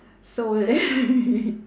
so